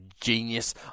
genius